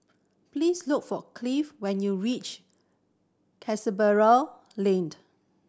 please look for Cliff when you reach Canberra